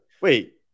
Wait